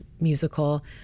musical